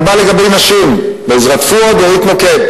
אני בא, לגבי נשים, בעזרת פואד ואורית נוקד.